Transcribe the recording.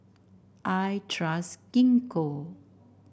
I trust Gingko